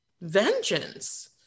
vengeance